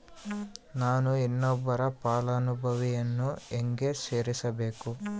ನಾನು ಇನ್ನೊಬ್ಬ ಫಲಾನುಭವಿಯನ್ನು ಹೆಂಗ ಸೇರಿಸಬೇಕು?